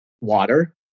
Water